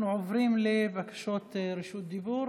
אנחנו עוברים לבקשות רשות דיבור.